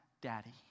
daddy